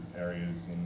areas